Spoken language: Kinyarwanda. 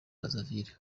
brazaville